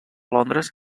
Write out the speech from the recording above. londres